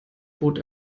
bot